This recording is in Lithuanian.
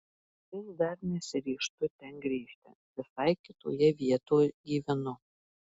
vis dar nesiryžtu ten grįžt visai kitoje vietoj gyvenu